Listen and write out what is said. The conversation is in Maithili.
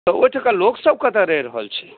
तऽ ओहिठामका लोक सभ कतऽ रहि रहल छै